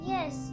Yes